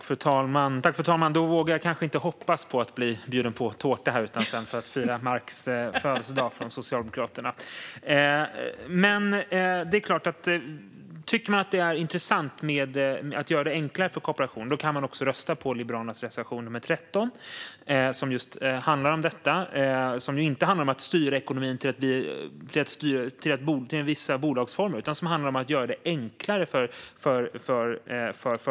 Fru talman! Då vågar jag kanske inte hoppas på att bli bjuden på tårta här utanför av Socialdemokraterna för att fira Marx födelsedag. Om man tycker att det är intressant att göra det enklare för kooperationen kan man rösta på Liberalernas reservation 13, som handlar just om detta. Den handlar inte om att styra ekonomin till vissa bolagsformer, utan den handlar om att göra företagandet enklare.